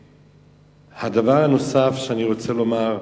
דבר נוסף שאני רוצה לומר,